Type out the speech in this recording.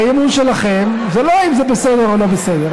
האי-אמון שלכם זה לא אם זה בסדר או לא בסדר.